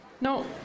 No